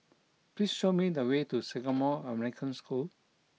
please show me the way to Singapore American School